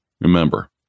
Remember